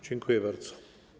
Dziękuję bardzo.